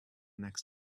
next